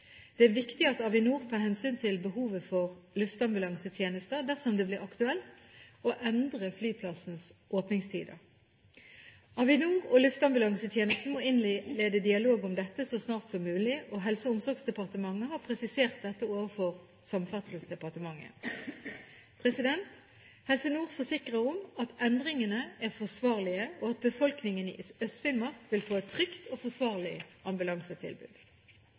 blir aktuelt å endre flyplassens åpningstider. Avinor og Luftambulansetjenesten må innlede dialog om dette så snart som mulig. Helse- og omsorgsdepartementet har presisert dette overfor Samferdselsdepartementet. Helse Nord forsikrer om at endringene er forsvarlige, og at befolkningen i Øst-Finnmark vil få et trygt og forsvarlig ambulansetilbud.